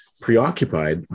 preoccupied